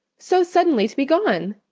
so suddenly to be gone!